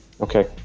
Okay